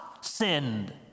sinned